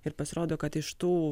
ir pasirodo kad iš tų